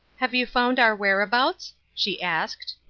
have you found our whereabouts? she asked.